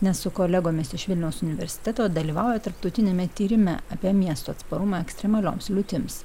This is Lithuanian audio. nes su kolegomis iš vilniaus universiteto dalyvauja tarptautiniame tyrime apie miesto atsparumą ekstremalioms liūtims